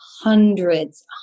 hundreds